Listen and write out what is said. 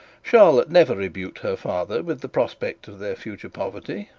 charlotte never rebuked her father with the prospect of their future poverty,